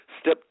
Step